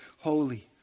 holy